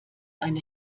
eine